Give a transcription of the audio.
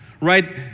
Right